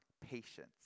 patience